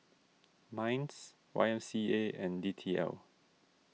Minds Y M C A and D T L